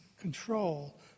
control